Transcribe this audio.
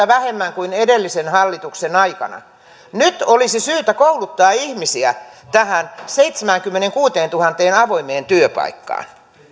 vähemmän kuin edellisen hallituksen aikana nyt olisi syytä kouluttaa ihmisiä tähän seitsemäänkymmeneenkuuteentuhanteen avoimeen työpaikkaan arvoisa